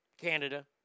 Canada